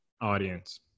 audience